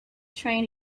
train